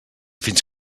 fins